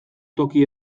toki